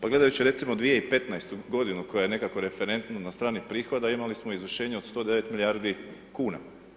Pa gledajući recimo 2015. godinu koja je nekako referentna na strani prihoda imali smo izvršenje od 109 milijardi kuna.